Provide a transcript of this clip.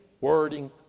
wording